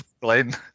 Glenn